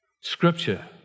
scripture